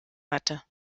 hatte